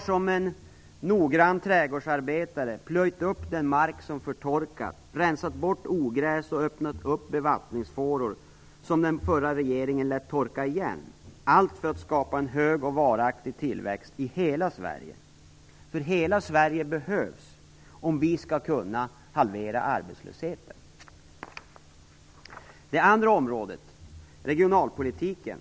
Som en noggrann trädgårdsarbetare har regeringen plöjt upp den mark som förtorkat, rensat bort ogräs och öppnat bevattningsfåror som den förra regeringen lät torka igen - allt för att skapa en hög och varaktig tillväxt i hela Sverige. Hela Sverige behövs nämligen om vi skall kunna halvera arbetslösheten. För det andra gäller det regionalpolitiken.